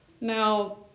Now